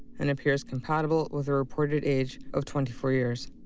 and appears compatible with the reported age of twenty four years.